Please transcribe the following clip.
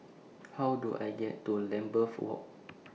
How Do I get to Lambeth Walk